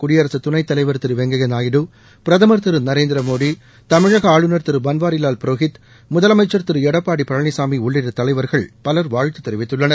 குடியரசு துணைத்தலைவர் திரு வெங்கையா நாய்டு பிரதம் திரு நரேந்திரமோடி தமிழக ஆளுநர் திரு பன்வாரிலால் புரோஹித் முதலமைச்ச் திரு எடப்பாடி பழனிசாமி உள்ளிட்ட தலைவர்கள் பலர் வாழ்த்து தெரிவித்துள்ளனர்